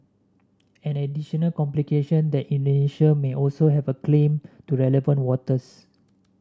an additional complication that Indonesia may also have a claim to the relevant waters